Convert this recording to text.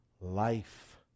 life